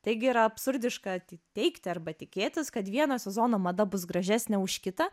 taigi yra absurdiška teigti arba tikėtis kad vieno sezono mada bus gražesnė už kitą